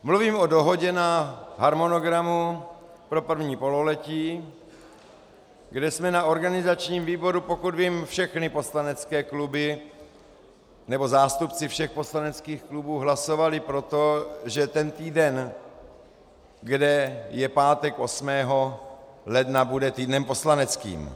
Mluvím o dohodě na harmonogramu pro první pololetí, kde jsme na organizačním výboru, pokud vím, všechny poslanecké kluby nebo zástupci všech poslaneckých klubů, hlasovali pro to, že ten týden, kde je pátek 8. ledna, bude týdnem poslaneckým.